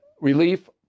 relief